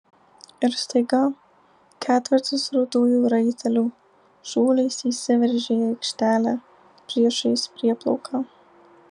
ir staiga ketvertas rudųjų raitelių šuoliais įsiveržė į aikštelę priešais prieplauką